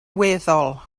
weddol